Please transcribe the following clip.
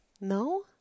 No